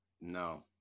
No